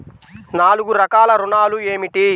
నాలుగు రకాల ఋణాలు ఏమిటీ?